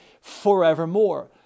forevermore